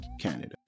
Canada